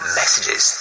messages